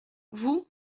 vous